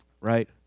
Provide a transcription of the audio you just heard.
Right